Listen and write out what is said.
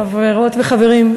חברות וחברים,